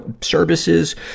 services